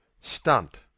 stunt